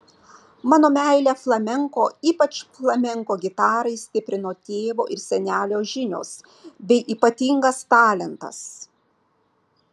mano meilę flamenko ypač flamenko gitarai stiprino tėvo ir senelio žinios bei ypatingas talentas